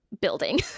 building